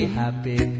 happy